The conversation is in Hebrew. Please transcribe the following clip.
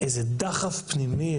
איזה דחף פנימי,